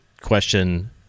question